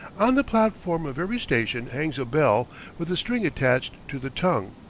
on the platform of every station hangs a bell with a string attached to the tongue.